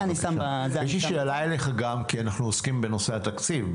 יש לי שאלה אליך גם כי אנחנו עוסקים בנושא התקציב,